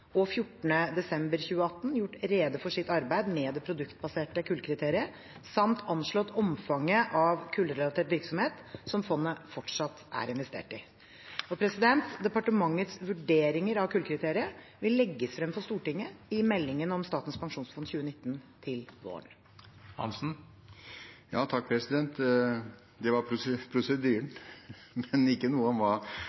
og 14. desember 2018 gjort rede for sitt arbeid med det produktbaserte kullkriteriet samt anslått omfanget av kullrelatert virksomhet som fondet fortsatt er investert i. Departementets vurderinger av kullkriteriet vil legges frem for Stortinget i meldingen Statens pensjonsfond 2019 til våren.